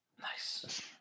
Nice